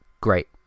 Great